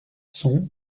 sont